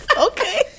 Okay